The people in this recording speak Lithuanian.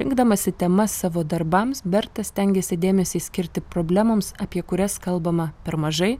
rinkdamasi temas savo darbams berta stengiasi dėmesį skirti problemoms apie kurias kalbama per mažai